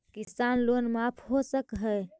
किसान लोन माफ हो सक है?